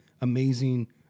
amazing